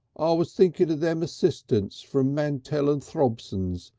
i was thinking of them assistants from mantell and throbson's.